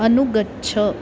अनुगच्छ